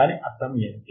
దాని అర్థం ఏమిటి